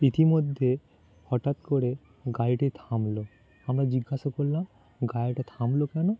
ইতিমধ্যে হঠাৎ করে গাড়িটি থামলো আমরা জিজ্ঞাসা করলাম গাড়িটা থামলো কেন